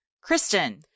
Kristen